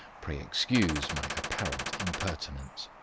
pray excuse my apparent impertinence.